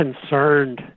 concerned